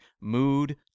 mood